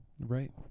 Right